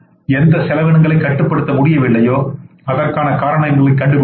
எந்த செலவினங்களை கட்டுப்படுத்த முடியவில்லையோ அதற்கான காரணங்களை கண்டுபிடியுங்கள்